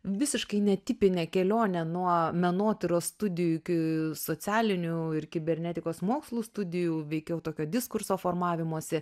visiškai netipinę kelionę nuo menotyros studijų iki socialinių ir kibernetikos mokslų studijų veikiau tokio diskurso formavimosi